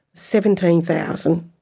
seventeen thousand